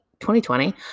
2020